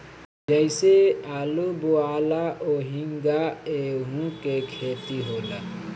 जइसे आलू बोआला ओहिंगा एहू के खेती होला